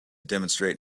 demonstrate